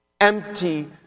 empty